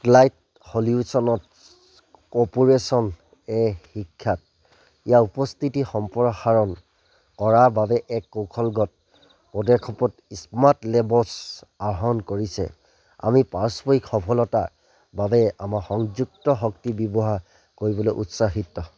corporation এই শিক্ষাত ইয়াৰ উপস্থিতি সম্প্ৰসাৰণ কৰাৰ বাবে এক কৌশলগত পদক্ষেপত স্মাৰ্টলেব্ছ আহৰণ কৰিছে আমি পাৰস্পৰিক সফলতাৰ বাবে আমাৰ সংযুক্ত শক্তি ব্যৱহাৰ কৰিবলৈ উৎসাহিত